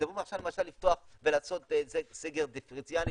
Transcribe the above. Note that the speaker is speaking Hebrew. כשמדברים עכשיו לפתוח ולעשות סגר דיפרנציאלי,